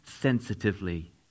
sensitively